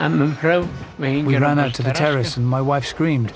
and my wife screamed